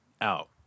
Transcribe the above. out